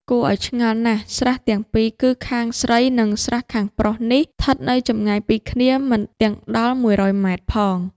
គួរឲ្យឆ្ងល់ណាស់ ស្រះទាំងពីរគឺខាងស្រី និង ស្រះខាងប្រុសនេះ ឋិតនៅចម្ងាយពីគ្នាមិនទាំងដល់ ១០០ ម. ផង